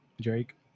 Drake